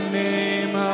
name